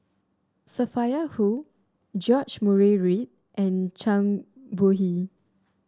Sophia Hull George Murray Reith and Zhang Bohe